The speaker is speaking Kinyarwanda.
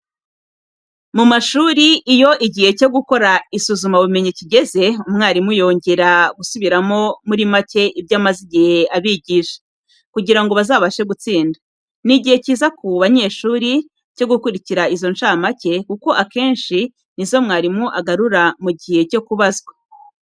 Mu mashuri iyo igihe cyo gukora isuzumabumenyi kigeze, umwarimu yongera gusubiramo muri make ibyo amaze igihe abigisha, kugira ngo bazabashe gutsinda. Ni igihe cyiza ku banyeshuri cyo gukurikira izo nshamake kuko akenshi ni zo mwarimu agarura mu gihe cyo kubazwa.